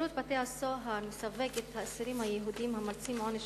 שירות בתי-הסוהר מסווג את האסירים היהודים המרצים עונש